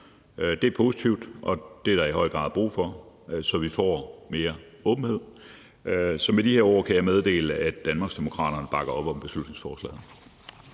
Det er positivt, og det er der i høj grad brug for, så vi får mere åbenhed. Så med de her ord kan jeg meddele, at Danmarksdemokraterne bakker op om beslutningsforslaget.